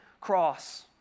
cross